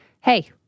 Hey